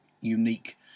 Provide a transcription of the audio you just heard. unique